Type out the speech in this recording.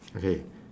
okay